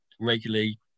regularly